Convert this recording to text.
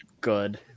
good